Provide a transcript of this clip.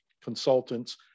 consultants